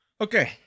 Okay